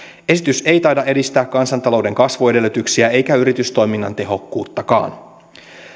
esitys ei taida edistää kansantalouden kasvuedellytyksiä eikä yritystoiminnan tehokkuuttakaan